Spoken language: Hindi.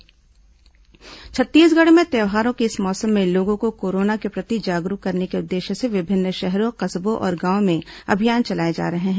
कोरोना जागरूकता छत्तीसगढ़ में त्यौहारों के इस मौसम में लोगों को कोरोना के प्रति जागरूक करने के उद्देश्य से विभिन्न शहरों कस्बों और गांवों में अभियान चलाए जा रहे हैं